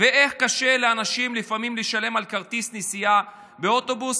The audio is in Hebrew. ואיך קשה לאנשים לפעמים לשלם על כרטיס נסיעה באוטובוס,